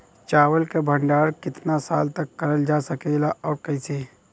चावल क भण्डारण कितना साल तक करल जा सकेला और कइसे?